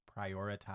prioritize